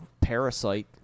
parasite